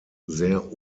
sehr